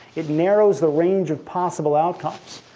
it narrows the range of possible outcomes.